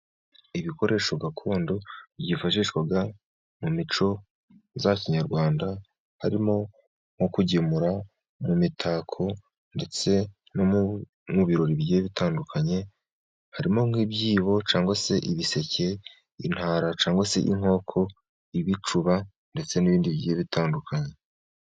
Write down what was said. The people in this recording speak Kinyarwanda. Ibikoresho gakondo byifashishwa mu mico ya kinyarwanda harimo nko kugemura mu mitako ndetse no mu birori bigiye bitandukanye, harimo nk'ibyibo cyangwa se ibiseke, intara cyangwa se inkoko, ibicuba ndetse n'ibindi bigiye bitandukanye.